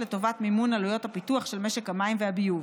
למימון עלויות הפיתוח של משק המים והביוב.